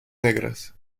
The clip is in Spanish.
negras